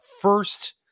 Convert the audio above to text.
first